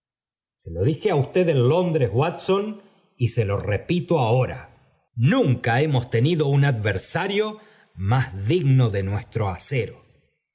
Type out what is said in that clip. se lo dije á usted en londres watson y se lo repito ahora nunca hemos tenido un adversario más digno de maestro acero